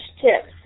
Tips